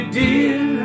dear